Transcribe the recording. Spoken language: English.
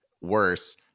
worse